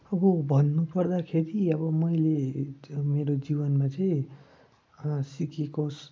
अब भन्नुपर्दाखेरि अब मैले मेरो जीवनमा चाहिँ सिकेको